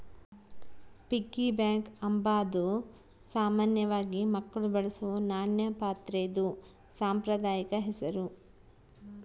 piggy bank ಅಂಬಾದು ಸಾಮಾನ್ಯವಾಗಿ ಮಕ್ಳು ಬಳಸೋ ನಾಣ್ಯ ಪಾತ್ರೆದು ಸಾಂಪ್ರದಾಯಿಕ ಹೆಸುರು